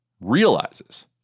realizes